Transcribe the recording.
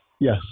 Yes